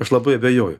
aš labai abejoju